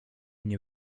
nie